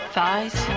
thighs